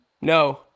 no